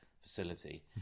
facility